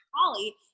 Holly